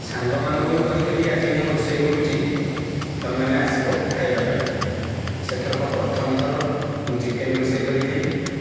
ସାଙ୍ଗମାନଙ୍କୁ ବି କହିଥିଲି ଆଜି ମୁଁ ରୋଷେଇ କରୁଛି ତୁମେମାନେ ଆସିବ ଖାଇବା ପାଇଁ ସେଥରକ ପ୍ରଥମଥର ମୁଁ ଚିକେନ ରୋଷେଇ କରିଥିଲି